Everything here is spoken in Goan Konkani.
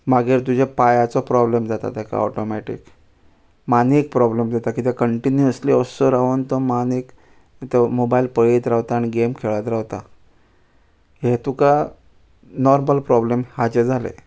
मागीर तुज्या पांयाचो प्रॉब्लम जाता ताका ऑटोमॅटीक मानेक प्रॉब्लम जाता किद्या कंटिन्युअस्ली अस्सो रावून तो मानेक तो मोबायल पळयत रावता आनी गेम खेळत रावता हे तुका नॉर्मल प्रॉब्लम हाजे जाले